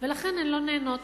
ולכן הן לא נהנות